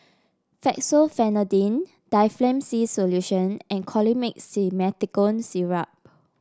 Fexofenadine Difflam C Solution and Colimix Simethicone Syrup